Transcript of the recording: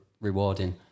rewarding